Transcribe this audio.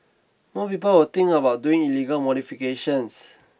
more people will think about doing illegal modifications